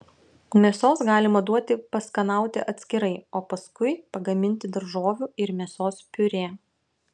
mėsos galima duoti paskanauti atskirai o paskui pagaminti daržovių ir mėsos piurė